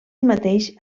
mateix